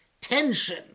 tension